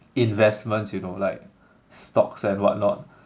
investments you know like stocks and whatnot